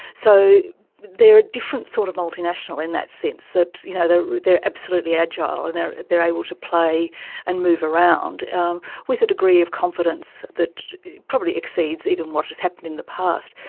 so they are a different sort of multinational in that sense, that you know they they are absolutely agile and they are they are able to play and move around um with a degree of confidence that probably exceeds even what has happened in the past.